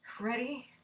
ready